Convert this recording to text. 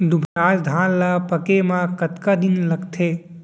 दुबराज धान ला पके मा कतका दिन लगथे?